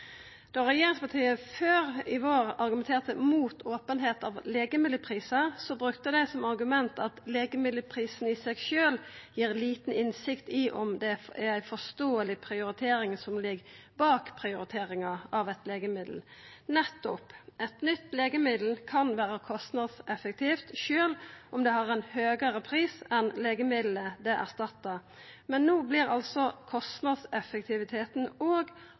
Då regjeringspartia tidlegare i vår argumenterte mot openheit om legemiddelprisar, brukte dei som argument at legemiddelprisen i seg sjølv gir lita innsikt i om det som ligg bak prioriteringa av eit legemiddel, er forståeleg – nettopp. Eit nytt legemiddel kan vera kostnadseffektivt sjølv om det har ein høgare pris enn legemiddelet det erstattar. Men no vert altså kostnadseffektiviteten